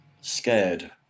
scared